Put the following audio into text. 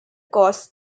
costs